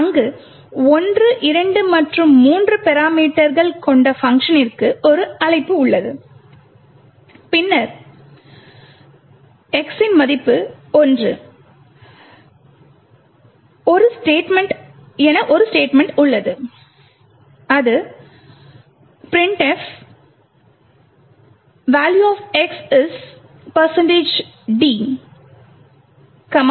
அங்கு 1 2 மற்றும் 3 பராமீட்டர்கள் கொண்ட பங்க்ஷனிற்கு ஒரு அழைப்பு உள்ளது பின்னர் x 1 உடன் ஒரு ஸ்டேட்மெண்ட் உள்ளது அது printf"Value of X is dn"x